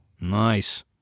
Nice